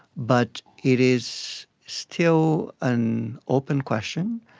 but it is still an open question.